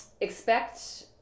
Expect